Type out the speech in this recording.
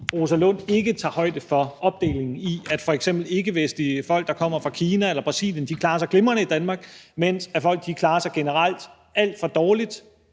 Rosa Lund ikke tager højde for opdelingen i, at f.eks. ikkevestlige folk, der kommer fra Kina eller Brasilien, klarer sig glimrende i Danmark. Men der er en markant overrepræsentation af folk,